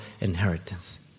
inheritance